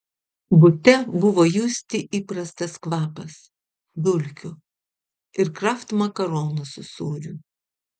bute buvo justi įprastas kvapas dulkių ir kraft makaronų su sūriu